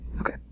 Okay